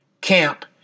camp